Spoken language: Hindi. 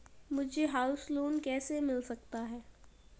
मुझे हाउस लोंन कैसे मिल सकता है?